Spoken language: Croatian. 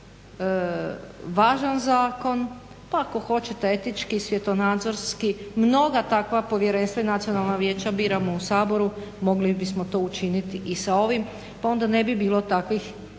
pa ako hoćete etički, svjetonazorski, mnoga takva povjerenstva i vijeća biramo u Saboru, mogli bismo učiniti to i sa ovim pa onda ne bi bilo takvih hitnih